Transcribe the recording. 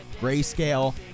Grayscale